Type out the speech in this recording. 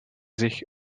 zich